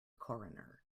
coroner